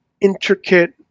intricate